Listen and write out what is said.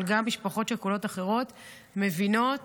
אבל גם משפחות שכולות אחרות מבינות